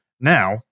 Now